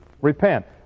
repent